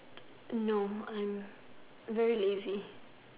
no I'm very lazy